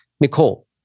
Nicole